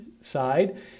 side